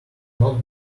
not